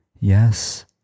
yes